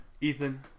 ethan